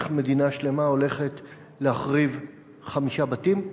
איך מדינה שלמה הולכת להחריב חמישה בתים.